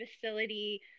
facility –